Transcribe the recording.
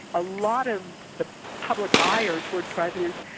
a lot of the public ire towards presidents,